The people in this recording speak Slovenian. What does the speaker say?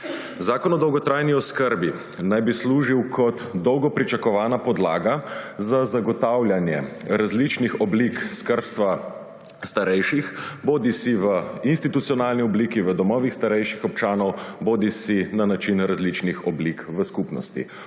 Zakon o dolgotrajni oskrbi naj bi služil kot dolgo pričakovana podlaga za zagotavljanje različnih oblik skrbstva starejših bodisi v institucionalni obliki v domovih starejših občanov bodisi na način različnih oblik v skupnosti: